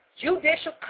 judicial